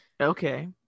Okay